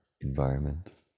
environment